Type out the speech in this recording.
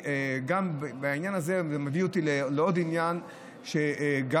העניין הזה מביא אותי לעוד עניין שאני